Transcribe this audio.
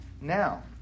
now